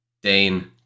Dane